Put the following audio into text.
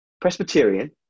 Presbyterian